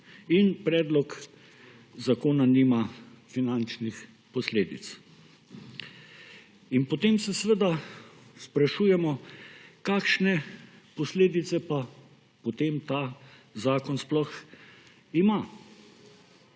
in predlog zakona nima finančnih posledic. In potem se seveda sprašujemo, kakšne posledice pa potem ta zakon sploh ima?